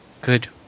good